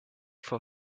for